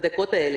בדקות האלה,